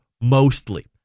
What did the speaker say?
mostly